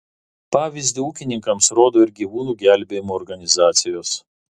pavyzdį ūkininkams rodo ir gyvūnų gelbėjimo organizacijos